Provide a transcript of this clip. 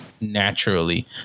naturally